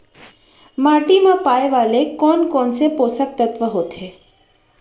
माटी मा पाए वाले कोन कोन से पोसक तत्व होथे?